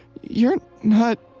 you're. not.